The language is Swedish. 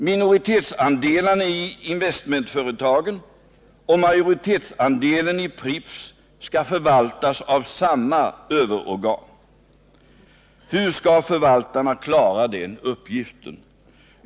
Minoritetsandelarna i investmentföretagen och majoritetsandelen i Pripps skall förvaltas av samma överorgan. Hur skall förvaltarna klara den uppgiften?